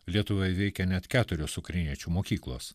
lietuvoj veikia net keturios ukrainiečių mokyklos